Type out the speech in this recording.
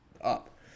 up